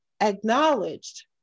acknowledged